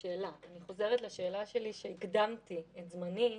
אני חוזרת לשאלה שלי, שהקדימה את זמנה,